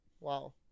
Wow